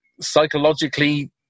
psychologically